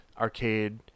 arcade